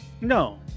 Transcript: No